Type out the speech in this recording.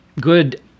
good